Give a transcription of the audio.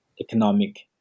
economic